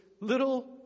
little